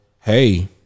hey